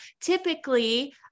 typically